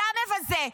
אתה מבזה.